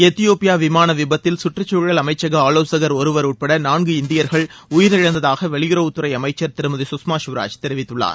எத்தியோபியா விமான விபத்தில் சுற்றுச்சூழல் அமைச்சக ஆலோசகர் ஒருவர் உட்பட நான்கு இந்தியர்கள் உயிரிழந்ததாக வெளியறவுத்துறை அமைச்சர் திருமதி சுஷ்மா சுவராஜ் தெரிவித்துள்ளார்